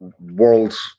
world